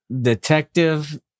detective